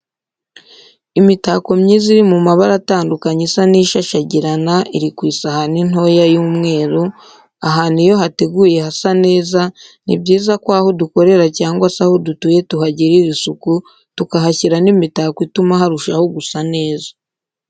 Imitako myiza iri mu mabara atandukanye isa n'ishashagirana iri ku isahani ntoya y'umweru, ahantu iyo hateguye hasa neza, ni byiza ko aho dukorera cyangwa se aho dutuye tuhagirira isuku tukahashyira n'imitako ituma harushaho gusa neza.